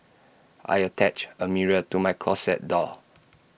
I attached A mirror to my closet door